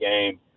game